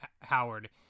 Howard